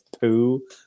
poo